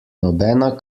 nobena